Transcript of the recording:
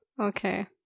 Okay